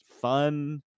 fun